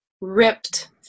ripped